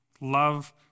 love